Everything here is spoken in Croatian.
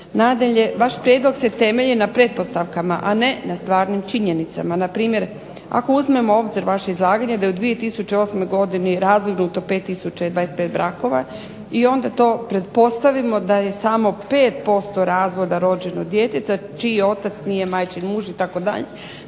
Nadalje, vaš prijedlog se temelji na pretpostavkama, a ne na stvarnim činjenicama. Npr. ako uzmemo u obzir vaše izlaganje da je u 2008. godini razvrgnuto 5025 brakova i onda to pretpostavimo da je samo 5% razvoda rođeno dijete čiji otac nije majčin muž itd. Dakle,